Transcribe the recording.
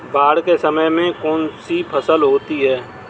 बाढ़ के समय में कौन सी फसल होती है?